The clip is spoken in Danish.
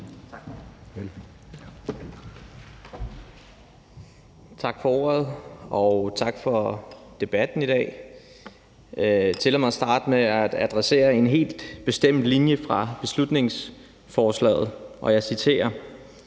Tak for ordet, og tak for debatten i dag. Tillad mig at starte med at adressere en helt bestemt linje fra beslutningsforslaget, og jeg citerer: